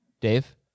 Dave